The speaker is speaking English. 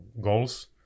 goals